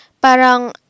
Parang